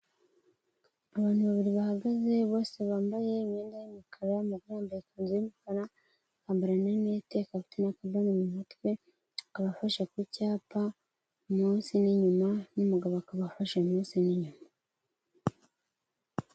Abantu babiri bahagaze bose bambaye imyenda y'umukara, umugore wambaye ikanzu y'umukara, akambara rinete, akambara n'akabano mu mutwe akaba afashe ku cyapa munsi n'inyuma, n'umugabo akaba afashe munsi n' inyuma.